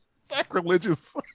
sacrilegious